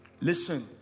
Listen